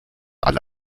alle